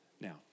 Now